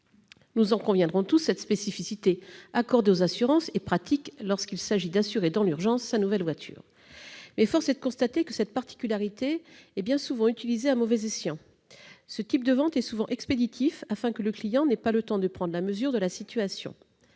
Nous en conviendrons tous, cette spécificité accordée aux assurances est pratique lorsqu'il s'agit d'assurer dans l'urgence sa nouvelle voiture. Mais force est de le constater, elle est bien souvent utilisée à mauvais escient. Ce type de vente est souvent expéditif, afin que le client n'ait pas le temps de prendre la mesure de la situation.